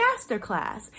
masterclass